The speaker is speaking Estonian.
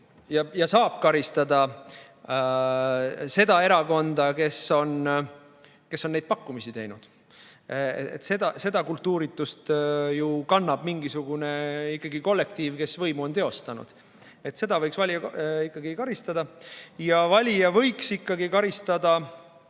ja saab karistada seda erakonda, kes on neid pakkumisi teinud, seda kultuuritust ju kannab ikkagi mingisugune kollektiiv, kes võimu on teostanud. Seda võiks valija karistada. Ja valija võiks ikkagi karistada